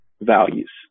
values